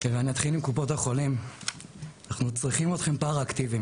אני אתחיל עם קופות החולים ואומר שאנחנו צריכים אתכם פרא-אקטיביים.